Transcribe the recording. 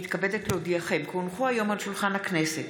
הונחו על שולחן הכנסת